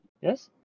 Yes